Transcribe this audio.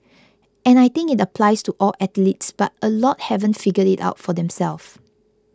and I think it applies to all athletes but a lot haven't figured it out for themselves